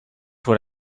what